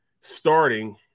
starting